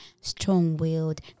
strong-willed